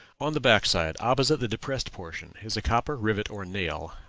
on the back side, opposite the depressed portion, is a copper rivet or nail,